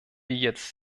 jetzt